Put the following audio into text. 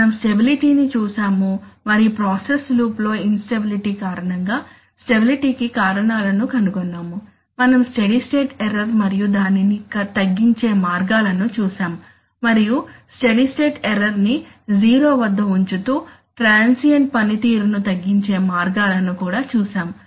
మనం స్టెబిలిటీ ని చూశాము మరియు ప్రాసెస్ లూప్లో ఇన్ స్టెబిలిటీ కారణంగా స్టెబిలిటీ కి కారణాలను కనుగొన్నాము మనం స్టడీ స్టేట్ ఎర్రర్ మరియు దానిని తగ్గించే మార్గాలను చూశాము మరియు స్టడీ స్టేట్ ఎర్రర్ ని జీరో వద్ద ఉంచుతూ ట్రాన్సియెంట్ పనితీరును తగ్గించే మార్గాలను కూడా చూశాము